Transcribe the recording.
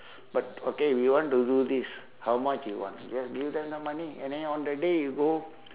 but okay we want to do this how much you want just give them the money and then on that day you go